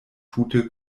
tute